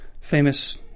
Famous